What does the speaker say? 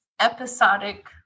episodic